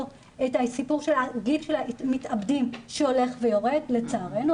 של גיל המתאבדים שהולך ויורד לצערנו,